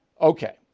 Okay